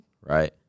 right